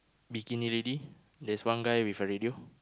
bikini lady there's one guy with a radio